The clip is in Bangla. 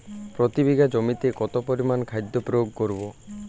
প্রতি বিঘা জমিতে কত পরিমান খাদ্য প্রয়োগ করব?